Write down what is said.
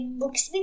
books